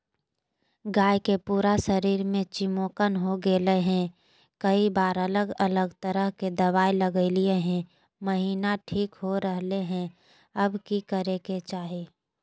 गाय के पूरा शरीर में चिमोकन हो गेलै है, कई बार अलग अलग तरह के दवा ल्गैलिए है महिना ठीक हो रहले है, अब की करे के चाही?